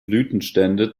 blütenstände